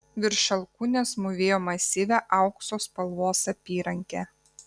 virš alkūnės mūvėjo masyvią aukso spalvos apyrankę